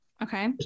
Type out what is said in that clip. Okay